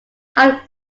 have